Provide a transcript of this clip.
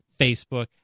Facebook